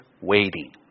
waiting